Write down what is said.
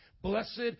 Blessed